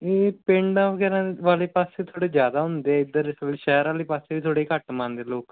ਨਹੀਂ ਪਿੰਡਾਂ ਵਗੈਰਾ ਵਾਲੇ ਪਾਸੇ ਥੋੜ੍ਹੇ ਜ਼ਿਆਦਾ ਹੁੰਦੇ ਇੱਧਰ ਥੋੜ੍ਹੇ ਸ਼ਹਿਰ ਵਾਲੇ ਪਾਸੇ ਵੀ ਥੋੜ੍ਹੇ ਘੱਟ ਮੰਨ ਦੇ ਲੋਕ